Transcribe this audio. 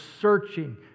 searching